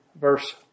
verse